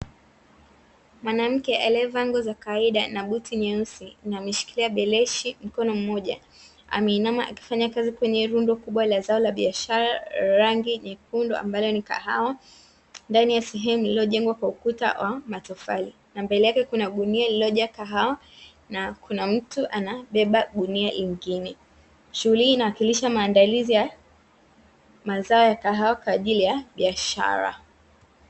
Mwanamke aliyevaa nguo za kawaida na buti nyeusi, ameshikilia beleshi mkono mmoja, ameinama akifanya kazi kwenye rundo kubwa la zao la biashara la rangi nyekundu ambalo ni kahawa, ndani ya sehemu iliyojengwa kwa ukuta wa matofali na mbele yake kuna gunia lililojaa kahawa, na kuna mtu anabeba gunia lingine. Shughuli hii inawakilisha maandalizi ya mazao ya kahawa kwa ajili ya biashara.